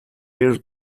year